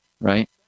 Right